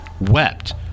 wept